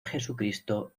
jesucristo